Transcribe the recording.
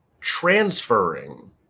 transferring